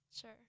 Sure